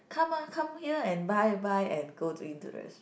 come mah come here and buy buy and go to into the rest